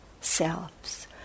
selves